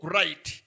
right